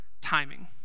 timing